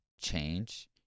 change